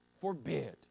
forbid